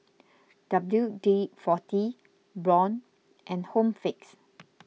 W D forty Braun and Home Fix